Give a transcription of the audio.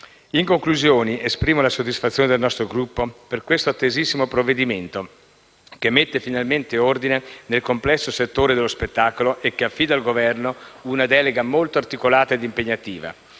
In conclusione, esprimo la soddisfazione del nostro Gruppo per questo attesissimo provvedimento, che mette finalmente ordine nel complesso settore dello spettacolo e che affida al Governo una delega molto articolata ed impegnativa.